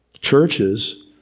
Churches